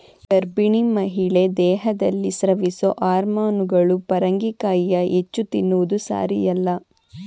ಗರ್ಭಿಣಿ ಮಹಿಳೆ ದೇಹದಲ್ಲಿ ಸ್ರವಿಸೊ ಹಾರ್ಮೋನುಗಳು ಪರಂಗಿಕಾಯಿಯ ಹೆಚ್ಚು ತಿನ್ನುವುದು ಸಾರಿಯಲ್ಲ